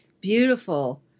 beautiful